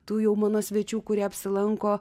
tų jau mano svečių kurie apsilanko